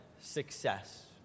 success